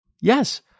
Yes